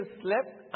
slept